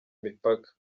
imipaka